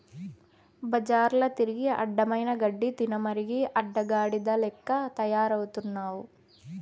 బజార్ల తిరిగి అడ్డమైన గడ్డి తినమరిగి అడ్డగాడిద లెక్క తయారవుతున్నావు